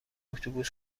اتوبوس